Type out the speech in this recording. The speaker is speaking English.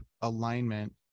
alignment